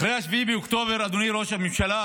אחרי 7 באוקטובר אדוני ראש הממשלה